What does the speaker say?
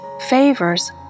favors